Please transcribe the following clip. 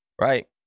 right